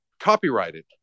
copyrighted